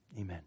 Amen